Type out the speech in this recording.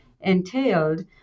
entailed